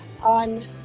on